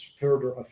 further